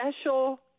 special